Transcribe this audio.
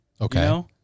Okay